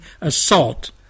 assault